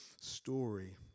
story